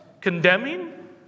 condemning